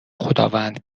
خداوند